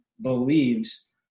believes